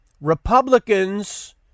Republicans